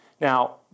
Now